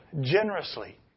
generously